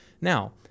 Now